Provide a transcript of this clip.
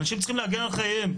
אנשים צריכים להגן על חייהם.